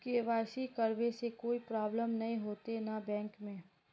KYC करबे से कोई प्रॉब्लम नय होते न बैंक में?